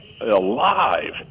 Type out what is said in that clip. alive